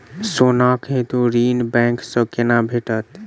सोनाक हेतु ऋण बैंक सँ केना भेटत?